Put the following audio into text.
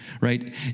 right